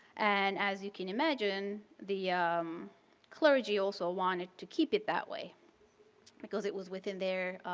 and as you can imagine, the clergy also wanted to keep it that way because it was within their